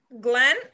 glenn